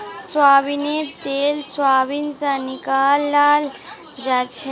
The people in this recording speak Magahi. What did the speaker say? सोयाबीनेर तेल सोयाबीन स निकलाल जाछेक